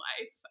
life